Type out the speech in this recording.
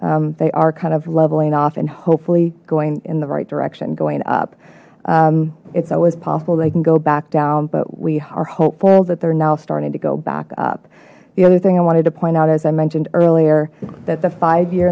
they are kind of leveling off and hopefully going in the right direction going up it's always possible they can go back down but we are hopeful that they're now starting to go back up the other thing i wanted to point out as i mentioned earlier that the five year